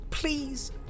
Please